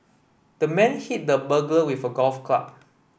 the man hit the burglar with golf club